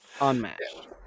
unmatched